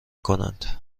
کنند